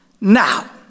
Now